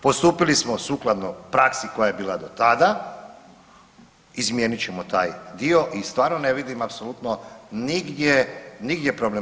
Postupili smo sukladno praksi koja je bila do tada, izmijenit ćemo taj dio i stvarno ne vidim apsolutno nigdje problem.